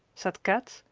said kat.